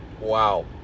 Wow